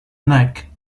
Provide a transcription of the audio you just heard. neck